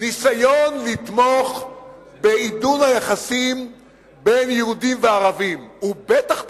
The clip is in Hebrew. ניסיון לתמוך בעידוד היחסים בין יהודים וערבים הוא בטח פוליטי,